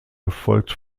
gefolgt